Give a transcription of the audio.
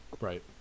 right